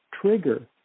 trigger